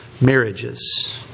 marriages